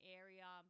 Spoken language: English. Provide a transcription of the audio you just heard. area